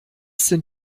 sind